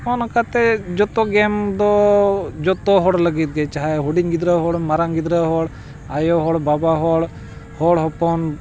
ᱱᱚᱝᱠᱟᱛᱮ ᱡᱷᱚᱛᱚ ᱜᱮᱢ ᱫᱚ ᱡᱷᱚᱛᱚ ᱦᱚᱲ ᱞᱟᱹᱜᱤᱫ ᱜᱮ ᱪᱟᱦᱮ ᱦᱩᱰᱤᱧ ᱜᱤᱫᱽᱨᱟᱹ ᱦᱚᱲ ᱢᱟᱨᱟᱝ ᱜᱤᱫᱽᱨᱟᱹ ᱦᱚᱲ ᱟᱭᱳ ᱦᱚᱲ ᱵᱟᱵᱟ ᱦᱚᱲ ᱦᱚᱲᱦᱚᱯᱚᱱ